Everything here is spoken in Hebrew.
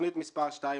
תוכנית מספר 244006,